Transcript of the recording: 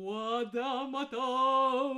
uodą matau